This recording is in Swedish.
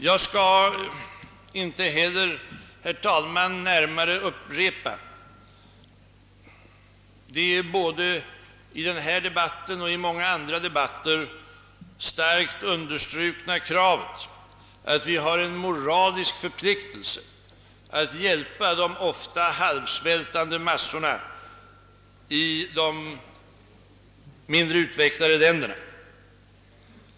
Jag skall inte heller, herr talman, närmare upprepa det både i denna debatt och i många andra debatter starkt understrukna, kravet att vi har en moralisk : förpliktelse att hjälpa de halv svältande massorna i de mindre utvecklade länderna.